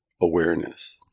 awareness